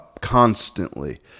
constantly